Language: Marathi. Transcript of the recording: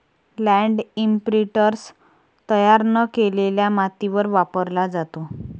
लँड इंप्रिंटर तयार न केलेल्या मातीवर वापरला जातो